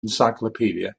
encyclopedia